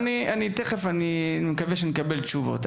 אז אני מקווה שתכף נקבל לזה תשובות.